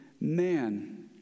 man